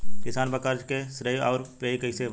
किसान पर क़र्ज़े के श्रेइ आउर पेई के बा?